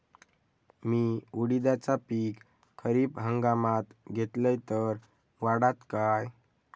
मी उडीदाचा पीक खरीप हंगामात घेतलय तर वाढात काय?